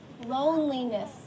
loneliness